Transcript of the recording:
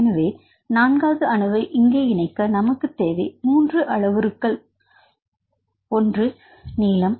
எனவே நான்காவது அணுவை இங்கே இணைக்க நமக்குத் தேவை மூன்று அளவுருக்கள் ஒன்று நீளம்